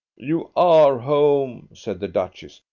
you are home, said the duchess.